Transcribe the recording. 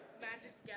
magic